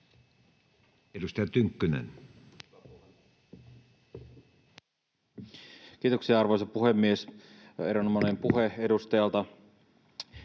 15:57 Content: Kiitoksia, arvoisa puhemies! Erinomainen puhe edustajalta.